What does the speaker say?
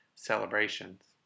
celebrations